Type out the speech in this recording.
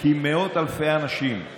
כי מאות אלפי אנשים עם